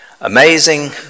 amazing